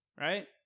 Right